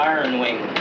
Ironwing